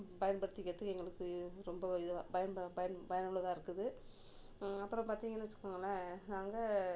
பயன்படுத்திக்கிறத்துக்கு எங்களுக்கு ரொம்ப இதுவாக பயன் பயன் பயனுள்ளதாக இருக்குது அப்புறம் பார்த்திங்கனு வச்சுக்கோங்களேன் நாங்கள்